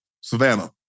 Savannah